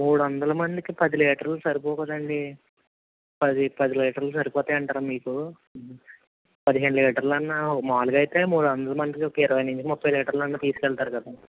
మూడు వందల మందికి పది లీటర్లు సరిపోవు కదండి పది పది లీటర్లు సరిపోతాయంటారా మీకు పదిహేను లీటర్లు అన్నా మామూలుగా అయితే మూడు వందల మందికి ఒక ఇరవై నుంచి ముప్పై లీటర్లు అన్నా తీసుకు వెళ్తారు కదా